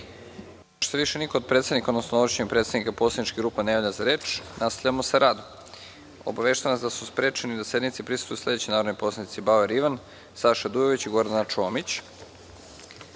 se više niko od predsednika odnosno ovlašćenih predstavnika poslaničkih grupa ne javlja za reč, nastavljamo sa radom. Obaveštavam vas da su sprečeni da sednici prisustvuju sledeći narodni poslanici Bauer Ivan, Saša Dujović i Gordana